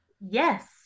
yes